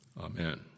Amen